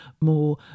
more